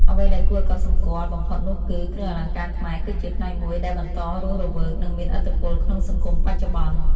អ្វីដែលគួរឱ្យកត់សម្គាល់បំផុតនោះគឺ គ្រឿងអលង្ការខ្មែរគឺជា ផ្នែកមួយដែលបន្តរស់រវើក និងមានឥទ្ធិពលក្នុងសង្គមបច្ចុប្បន្ន។